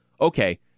Okay